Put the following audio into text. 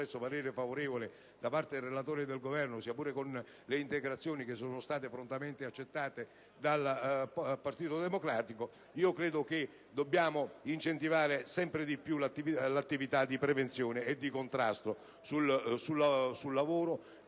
credo che dobbiamo incentivare sempre più l'attività di prevenzione e di contrasto, in modo